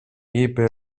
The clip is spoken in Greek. είπε